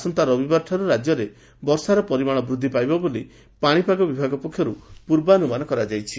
ଆସନ୍ତା ରବିବାରଠାରୁ ରାଜ୍ୟରେ ବର୍ଷାର ପରିମାଣ ବୃକ୍କି ପାଇବ ବୋଲି ପାଶିପାଗ ବିଭାଗ ପକ୍ଷରୁ ପୂର୍ବାନୁମାନ କରାଯାଇଛି